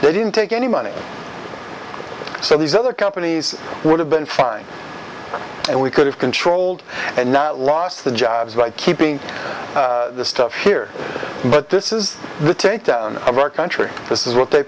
they didn't take any money so these other companies would have been fine and we could have controlled and now lost the jobs by keeping the stuff here but this is the take down of our country this is what they